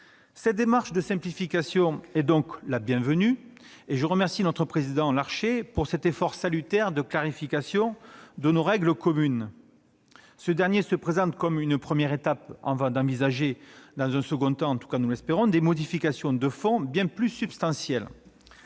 Cette démarche de simplification est donc la bienvenue et je remercie le président Larcher de cet effort salutaire de clarification de nos règles communes, qui est présenté comme une première étape avant d'envisager, dans un second temps- nous l'espérons tout du moins -, des modifications de fond bien plus substantielles.